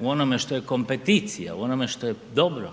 u onome što je kompeticija, u onome što je dobro,